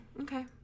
okay